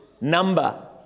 number